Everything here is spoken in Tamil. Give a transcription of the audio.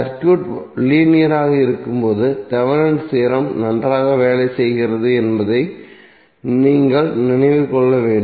சர்க்யூட் லீனியராக இருக்கும்போது தேவெனின்'ஸ் தியோரம் நன்றாக வேலை செய்கிறது என்பதை நீங்கள் நினைவில் கொள்ள வேண்டும்